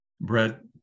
brett